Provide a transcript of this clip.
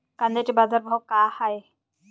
कांद्याचे बाजार भाव का हाये?